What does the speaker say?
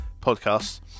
podcasts